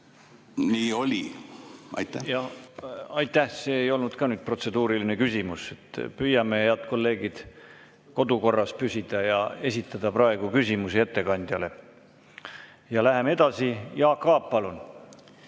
nii oli. See ei olnud ka protseduuriline küsimus. Püüame, head kolleegid, kodukorras püsida ja esitada praegu küsimusi ettekandjale. Läheme edasi. Jaak Aab, palun!